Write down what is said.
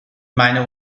meine